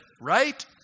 right